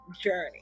journey